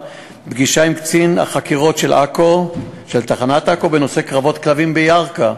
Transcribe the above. פגישה עם קצין החקירות של תחנת עכו בנושא קרבות כלבים בירכא,